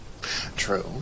True